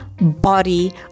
body